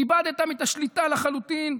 ואיבדתם את השליטה לחלוטין.